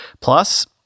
Plus